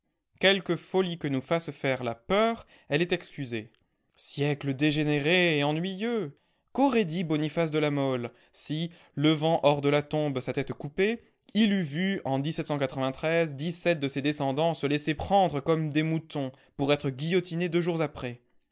quelque folie que nous fasse faire la peur elle est excusée siècle dégénéré et ennuyeux qu'aurait dit boniface de la mole si levant hors de la tombe sa tête coupée il eût vu en dix-sept de ses descendants se laisser prendre comme des moutons pour être guillotinés deux jours après